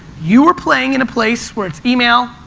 you are playing in a place where it's email,